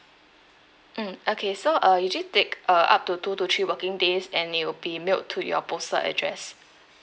mm okay so uh usually take uh up to two to three working days and it will be mailed to your postal address